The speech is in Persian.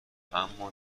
اما